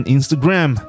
Instagram